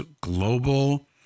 global